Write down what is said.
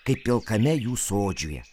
kaip pilkame jų sodžiuje